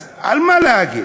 אז על מה להגיד?